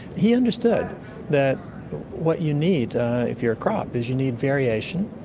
he understood that what you need if you're a crop is you need variation,